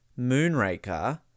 Moonraker